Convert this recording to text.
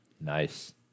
Nice